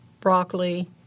broccoli